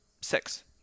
six